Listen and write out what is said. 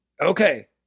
Okay